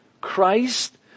Christ